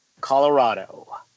Colorado